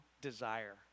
desire